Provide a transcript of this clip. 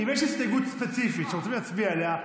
אם יש הסתייגות ספציפית שרוצים להצביע עליה,